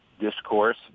discourse